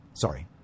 sorry